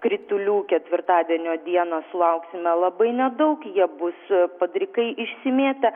kritulių ketvirtadienio dieną sulauksime labai nedaug jie bus padrikai išsimėtę